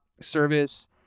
service